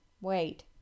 wait